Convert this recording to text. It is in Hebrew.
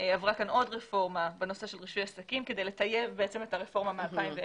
עברה כאן עוד רפורמה בנושא של רישוי עסקים כדי לטייב את הרפורמה מ-2010.